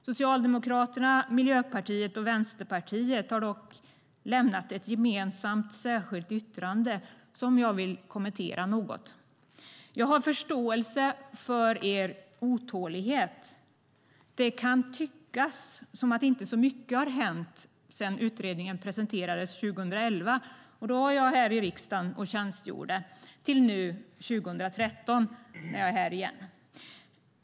Socialdemokraterna, Miljöpartiet och Vänsterpartiet har dock lämnat ett gemensamt särskilt yttrande som jag vill kommentera något. Jag har förståelse för er otålighet. Det kan tyckas som att inte så mycket har hänt sedan utredningen presenterades 2011 fram till nu 2013. Då jag var här i riksdagen och tjänstgjorde, och nu är jag här igen.